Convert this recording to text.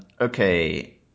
Okay